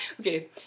Okay